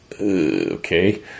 okay